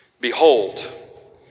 Behold